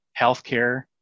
healthcare